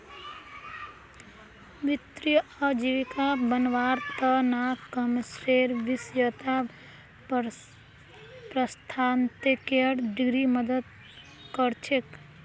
वित्तीय आजीविका बनव्वार त न कॉमर्सेर विषयत परास्नातकेर डिग्री मदद कर छेक